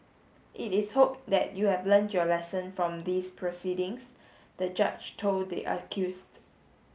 it is hoped that you have learnt your lesson from these proceedings the judge told the accused